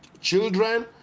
children